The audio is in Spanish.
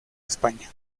españa